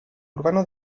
urbano